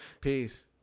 peace